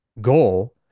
goal